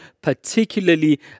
particularly